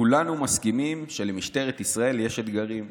כולנו מסכימים שלמשטרת ישראל יש אתגרים.